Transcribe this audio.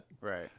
Right